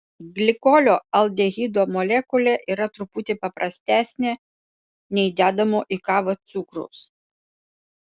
glikolio aldehido molekulė yra truputį paprastesnė nei dedamo į kavą cukraus